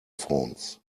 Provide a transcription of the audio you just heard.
phones